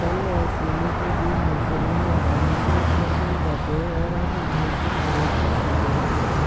फल और फूलों के बीज नर्सरी में आसानी से उपलब्ध हो जाते हैं और हम इनमें से चयन कर सकते हैं